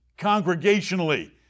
congregationally